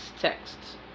texts